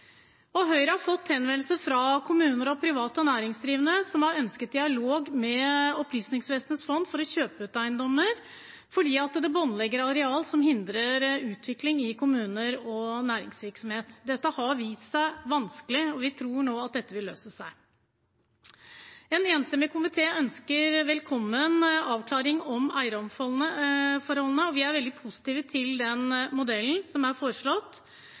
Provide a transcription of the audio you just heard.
Høyre har fått henvendelser fra kommuner og private næringsdrivende som har ønsket dialog med Opplysningsvesenets fond for å kjøpe ut eiendommer, fordi de båndlegger areal, noe som hindrer utvikling i kommuner og for næringsvirksomhet. Dette har vist seg vanskelig, men vi tror at det nå vil løse seg. En enstemmig komité ønsker velkommen avklaringer om eierforholdene, og vi er veldig positive til modellen som er foreslått: